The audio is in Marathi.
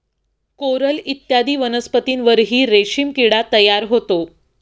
कोरल इत्यादी वनस्पतींवरही रेशीम किडा तयार होतो